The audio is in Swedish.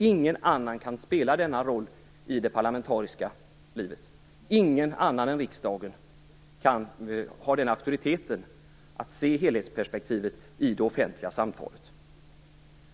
Ingen annan kan spela denna roll i det parlamentariska livet. Ingen annan än riksdagen har auktoriteten att se helhetsperspektivet i det offentliga samtalet.